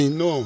no